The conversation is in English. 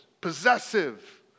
possessive